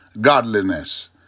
godliness